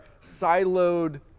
siloed